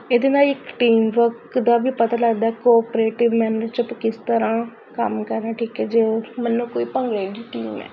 ਇਹਦੇ ਨਾਲ ਇੱਕ ਟੀਮ ਵਰਕ ਦਾ ਵੀ ਪਤਾ ਲੱਗਦਾ ਕੋਪਰੇਟਿਵ ਮੈਨਰ 'ਚ ਆਪਾਂ ਕਿਸ ਤਰ੍ਹਾਂ ਕੰਮ ਕਰਨਾ ਠੀਕ ਹੈ ਜੋ ਮੰਨੋ ਕੋਈ ਭੰਗੜੇ ਦੀ ਟੀਮ ਹੈ